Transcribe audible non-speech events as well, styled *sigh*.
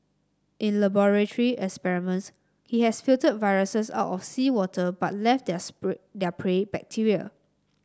in laboratory experiments he has filtered viruses out of seawater but left their *unintelligible* their prey bacteria